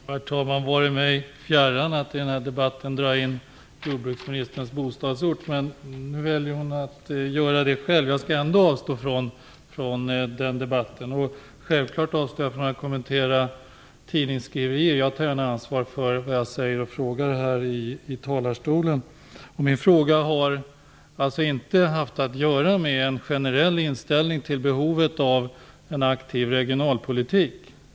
Herr talman! Det vore mig fjärran att dra in jordbruksministerns bostadsort i den här debatten. Nu väljer hon att göra det själv. Jag skall ändå avstå från den debatten. Jag avstår självfallet också ifrån att kommentera tidningsskriverier. Jag tar gärna ansvar för vad jag säger och frågar här i talarstolen. Min fråga har inte haft att göra med en generell inställning till behovet av en aktiv regionalpolitik.